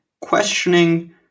questioning